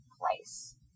place